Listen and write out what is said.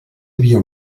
havia